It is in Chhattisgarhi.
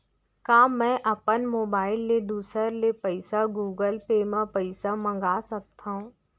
का मैं अपन मोबाइल ले दूसर ले पइसा गूगल पे म पइसा मंगा सकथव?